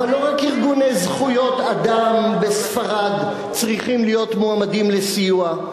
אבל לא רק ארגונים לזכויות אדם בספרד צריכים להיות מועמדים לסיוע.